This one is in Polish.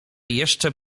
jeszcze